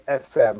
SM